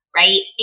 right